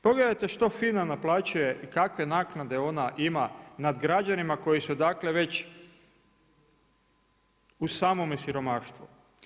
Pogledajte što FINA naplaćuje i kakve naknade ona ima nad građanima koji su već u samome siromaštvu.